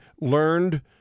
learned